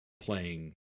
playing